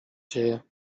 dzieje